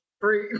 free